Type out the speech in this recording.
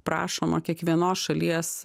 prašoma kiekvienos šalies